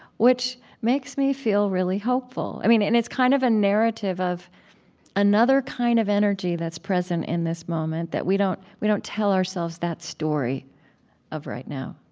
which makes me feel really hopeful. i mean, and it's kind of a narrative of another kind of energy that's present in this moment that we don't we don't tell ourselves that story of right now.